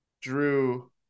Drew